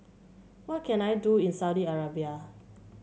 what can I do in Saudi Arabia